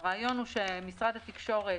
הרעיון הוא שמשרד התקשורת